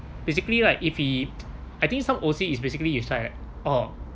basically like if he I think some O_C is basically you side oh